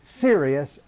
serious